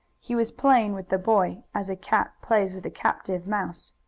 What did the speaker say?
he was playing with the boy as a cat plays with a captive mouse.